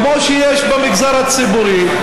כמו שיש במגזר הציבורי,